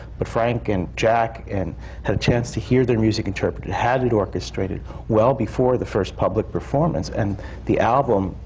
but frank and jack and had a chance to hear their music interpreted, had it orchestrated well before the first public performance. and the album,